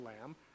lamb